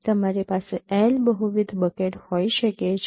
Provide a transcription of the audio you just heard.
તમારી પાસે L બહુવિધ બકેટ હોઈ શકે છે